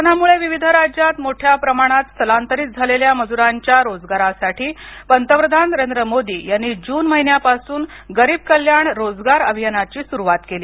कोरोनामुळे विविध राज्यात मोठ्या प्रमाणात स्थलांतरित झालेल्या मजुरांच्या रोजगारासाठी पंतप्रधान नरेंद्र मोदी यांनी जून महिन्यापासुन गरीब कल्याण रोजगार अभियानाची सुरुवात केली